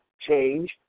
change